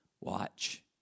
watch